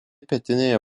pietinėje